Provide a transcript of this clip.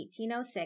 1806